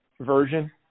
version